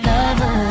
Lover